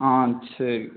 ஆ சரி